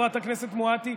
חברת הכנסת מואטי,